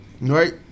Right